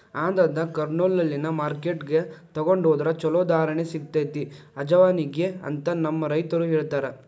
ಆಂಧ್ರದ ಕರ್ನೂಲ್ನಲ್ಲಿನ ಮಾರ್ಕೆಟ್ಗೆ ತೊಗೊಂಡ ಹೊದ್ರ ಚಲೋ ಧಾರಣೆ ಸಿಗತೈತಿ ಅಜವಾನಿಗೆ ಅಂತ ನಮ್ಮ ರೈತರು ಹೇಳತಾರ